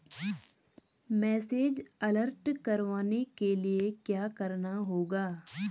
Message alert करवाने के लिए क्या करना होगा?